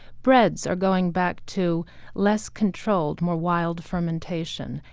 breads are going back to less controlled, more wild fermentation.